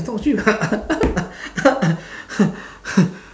it's not cheap